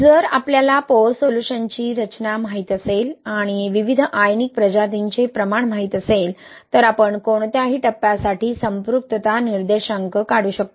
जर आपल्याला पोअर सोल्यूशनची रचना माहित असेल आणि विविध आयनिक प्रजातींचे प्रमाण माहित असेल तर आपण कोणत्याही टप्प्यासाठी संपृक्तता निर्देशांक काढू शकतो